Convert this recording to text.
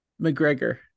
McGregor